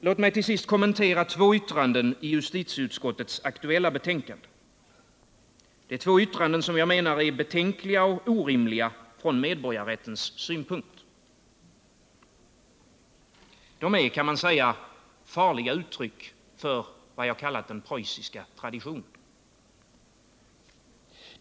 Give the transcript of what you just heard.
Låt mig till sist kommentera två yttranden i justitieutskottets aktuella betänkande. Det är två yttranden som jag menar är beklagliga och orimliga från medborgarrättens synpunkt. De är, kan man säga, farliga uttryck för vad jag kallade den preussiska traditionen.